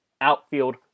Outfield